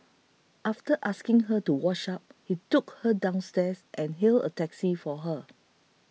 after asking her to wash up he took her downstairs and hailed a taxi for her